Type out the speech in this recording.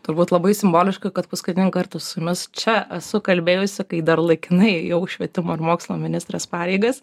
turbūt labai simboliška kad paskutinį kartą su jumis čia esu kalbėjusi kai dar laikinai ėjau švietimo ir mokslo ministrės pareigas